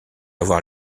avoir